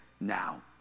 now